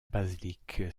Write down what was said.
basilique